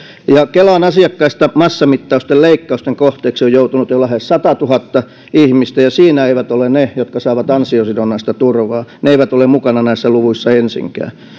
kelan asiakkaista massamittaisten leikkausten kohteiksi on joutunut jo lähes satatuhatta ihmistä ja siinä eivät ole ne jotka saavat ansiosidonnaista turvaa he eivät ole mukana näissä luvuissa ensinkään